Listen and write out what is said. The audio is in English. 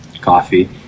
coffee